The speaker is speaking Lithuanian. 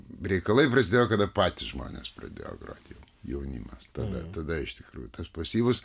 reikala prasidėjo kada patys žmonės pradėjo groti jau jaunimas tada tada iš tikrųjų tas pasyvus